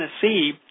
Tennessee